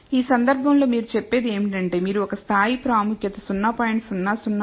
ఈ సందర్భంలో మీరు చెప్పేది ఏమిటంటే మీరు ఒక స్థాయి ప్రాముఖ్యత 0